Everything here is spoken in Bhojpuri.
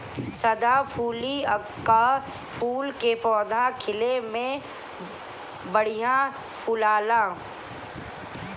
सदाफुली कअ फूल के पौधा खिले में बढ़िया फुलाला